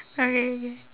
okay